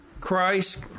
Christ